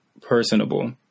personable